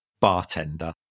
bartender